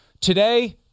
today